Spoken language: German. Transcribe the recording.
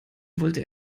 wollte